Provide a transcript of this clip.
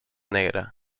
negra